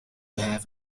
have